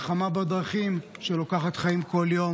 מלחמה בדרכים שלוקחת חיים כל יום.